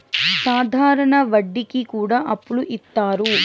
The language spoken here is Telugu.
సాధారణ వడ్డీ కి కూడా అప్పులు ఇత్తారు